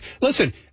Listen